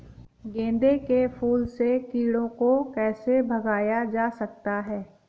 गेंदे के फूल से कीड़ों को कैसे भगाया जा सकता है?